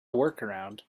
workaround